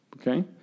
okay